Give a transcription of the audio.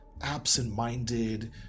absent-minded